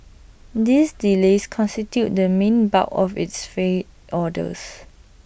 these delays constituted the main bulk of its failed orders